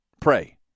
pray